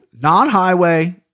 Non-highway